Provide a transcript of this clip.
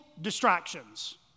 distractions